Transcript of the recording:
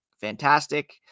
Fantastic